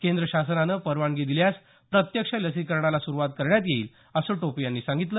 केंद्र शासनाने परवानगी दिल्यास प्रत्यक्ष लसीकरणाला सुरुवात करण्यात येईल असं टोपे यांनी सांगितलं